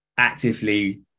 actively